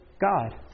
God